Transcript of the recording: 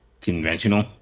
conventional